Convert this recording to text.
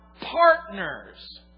partners